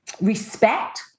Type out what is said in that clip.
respect